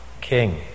King